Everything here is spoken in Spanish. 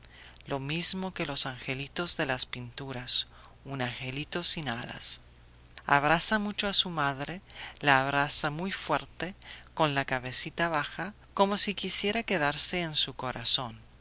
lo mismo que los angelitos de las pinturas un angelito sin alas abraza mucho a su madre la abraza muy fuerte con la cabecita baja como si quisiera quedarse en su corazón